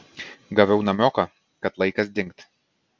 gavau namioką kad laikas dingt